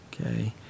Okay